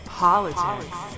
politics